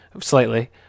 slightly